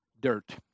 dirt